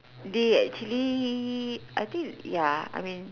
the actually I think ya I mean